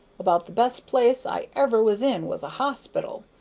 about the best place i ever was in was a hospital.